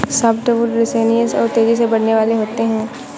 softwood resinous और तेजी से बढ़ने वाले होते हैं